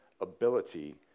ability